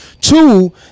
Two